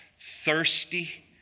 thirsty